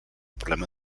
problema